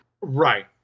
Right